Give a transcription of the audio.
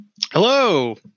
Hello